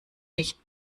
nicht